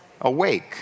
Awake